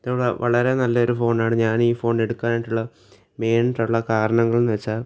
ഇതൊരു വളരെ നല്ലൊരു ഫോണാണ് ഞാൻ ഈ ഫോണ് എടുക്കാനായിട്ടുള്ള മെയിനായിട്ടുള്ള കാരണങ്ങൾ എന്നു വച്ചാൽ